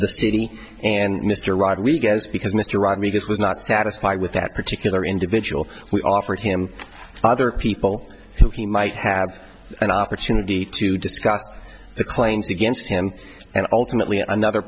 the city and mr rodriguez because mr rodriguez was not satisfied with that particular individual we offered him other people who he might have an opportunity to discuss the claims against him and ultimately another